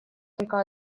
только